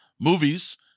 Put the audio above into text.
Movies